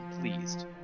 pleased